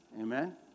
Amen